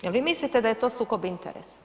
Je li vi mislite da je to sukob interesa?